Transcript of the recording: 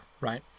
right